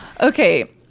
Okay